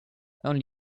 only